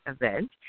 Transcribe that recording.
event